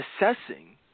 assessing